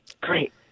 great